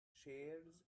shares